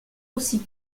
aussi